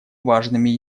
важными